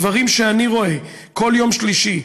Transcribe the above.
הדברים שאני רואה כל יום שלישי,